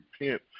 repent